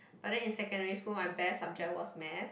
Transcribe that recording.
but then in secondary school my best subject was math